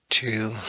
Two